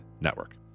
Network